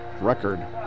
record